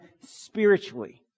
spiritually